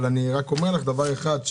אבל אני רק אומר לך דבר אחד,